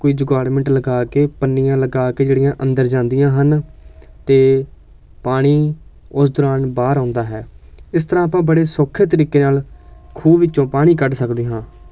ਕੋਈ ਜੁਗਾੜਮੈਂਟ ਲਗਾ ਕੇ ਪੰਨੀਆਂ ਲਗਾ ਕੇ ਜਿਹੜੀਆਂ ਅੰਦਰ ਜਾਂਦੀਆਂ ਹਨ ਅਤੇ ਪਾਣੀ ਉਸ ਦੌਰਾਨ ਬਾਹਰ ਆਉਂਦਾ ਹੈ ਇਸ ਤਰ੍ਹਾਂ ਆਪਾਂ ਬੜੇ ਸੌਖੇ ਤਰੀਕੇ ਨਾਲ ਖੂਹ ਵਿੱਚੋਂ ਪਾਣੀ ਕੱਢ ਸਕਦੇ ਹਾਂ